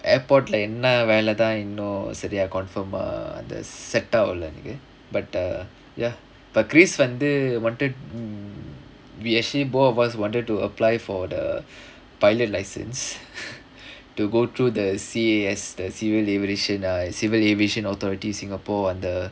airport lah என்ன வேலதான் இன்னும் சரியா:enna velathaan innum sariyaa confirm ah the sector of learning but err ya but wanta~ wanted we actually both of us wanted to apply for the pilot license to go through the C_A_S the civil civil aviation authority singapore under